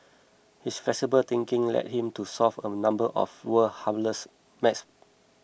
his flexible thinking led him to solve a number of world's hardest math problems